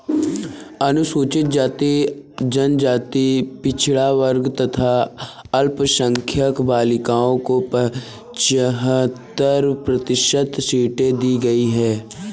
अनुसूचित जाति, जनजाति, पिछड़ा वर्ग तथा अल्पसंख्यक बालिकाओं को पचहत्तर प्रतिशत सीटें दी गईं है